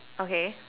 okay